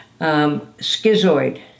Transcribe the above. Schizoid